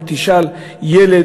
אם תשאל ילד,